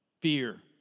fear